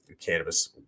cannabis